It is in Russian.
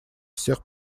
всех